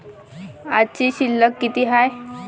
आजची शिल्लक किती हाय?